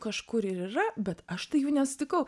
kažkur ir yra bet aš tai jų nesutikau